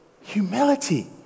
Humility